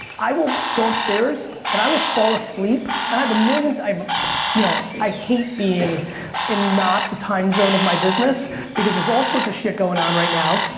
i will go upstairs and i will fall asleep and i have a million, you know i hate being in not the time zone of my business because there's all sorts of shit going on right now.